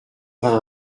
vingt